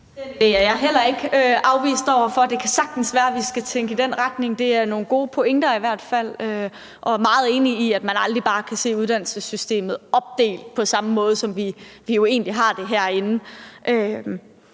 idé er jeg heller ikke afvisende over for. Det kan sagtens være, at vi skal tænke i den retning. Det er i hvert fald nogle gode pointer. Og jeg er meget enig i, at man aldrig bare kan se uddannelsessystemet opdelt på samme måde, som vi jo egentlig har det herinde.